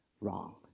wrong